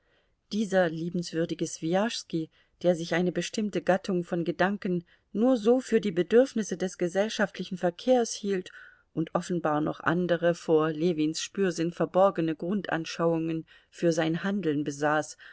dieser liebenswürdige swijaschski der sich eine bestimmte gattung von gedanken nur so für die bedürfnisse des gesellschaftlichen verkehrs hielt und offenbar noch andere vor ljewins spürsinn verborgene grundanschauungen für sein handeln besaß